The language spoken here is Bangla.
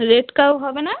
রেড কাউ হবে না